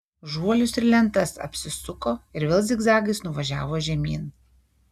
žuolius ir lentas apsisuko ir vėl zigzagais nuvažiavo žemyn